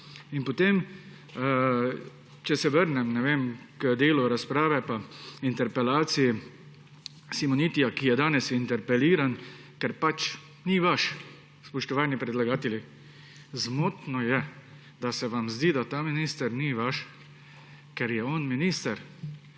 trditve. Če se vrnem k delu razprave in interpelaciji Simonitija, ki je danes interpeliran, ker pač ni vaš. Spoštovani predlagatelji, zmotno je, da se vam zdi, da ta minister ni vaš, ker je on minister